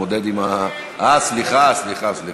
אה, סליחה, סליחה.